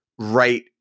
right